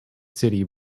city